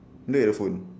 the phone